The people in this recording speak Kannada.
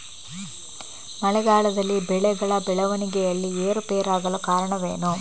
ಮಳೆಗಾಲದಲ್ಲಿ ಬೆಳೆಗಳ ಬೆಳವಣಿಗೆಯಲ್ಲಿ ಏರುಪೇರಾಗಲು ಕಾರಣವೇನು?